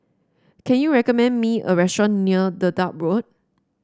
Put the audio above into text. can you recommend me a restaurant near Dedap Road